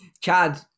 Chad